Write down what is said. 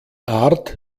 art